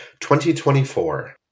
2024